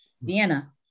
Vienna